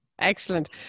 Excellent